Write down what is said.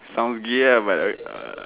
sounds gay ah but then ah